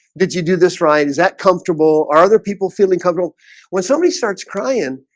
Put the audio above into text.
did you do this ryan is that comfortable are other people feeling comfortable when somebody starts crying?